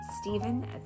Stephen